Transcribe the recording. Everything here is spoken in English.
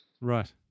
Right